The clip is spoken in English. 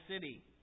city